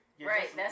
Right